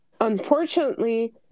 unfortunately